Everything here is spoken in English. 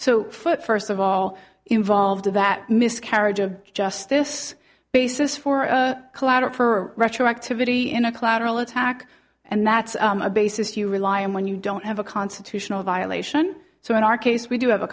so foot first of all involved in that miscarriage of justice basis for collateral for retroactivity in a collateral attack and that's a basis you rely on when you don't have a constitutional violation so in our case we do have a